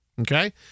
Okay